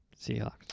seahawks